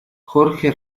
jorge